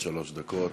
עד שלוש דקות.